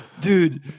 dude